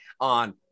on